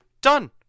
Done